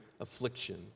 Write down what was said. affliction